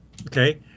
okay